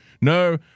No